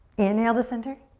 inhale to center.